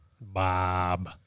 Bob